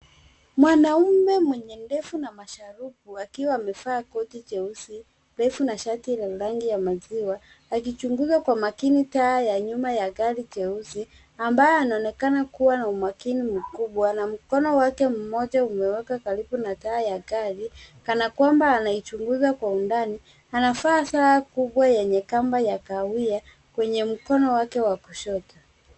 Mwanaume mwenye ndevu na masharubu akiwa amevaa koti jeusi refu na shati la rangi ya maziwa, akichunguza kwa makini taa ya nyuma ya gari jeusi, ambayo anaonekana kuwa na umakini mkubwa na mkono wake mmoja umewekwa karibu na taa ya gari kana kwamba anaichunguza kwa undani. Anavaa saa kubwa yenye kamba ya kahawia kwenye mkono wake wa kushoto.